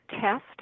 test